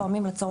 לא